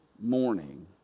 morning